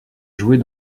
jouait